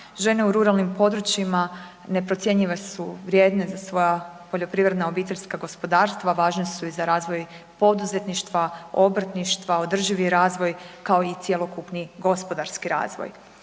Žene u ruralnim područjima neprocjenjive su, vrijedne za svoja poljoprivredna obiteljska gospodarstva, važne su i razvoj poduzetništva, obrtništva, održivi razvoj kao i cjelokupni gospodarski razvoj.